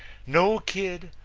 no, kid,